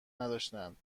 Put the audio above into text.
نداشتهاند